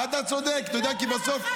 כל אלה היו יותר ממך בקריית שמונה.